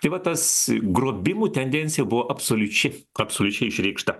tai va tas grobimų tendencija buvo absoliučiai absoliučiai išreikšta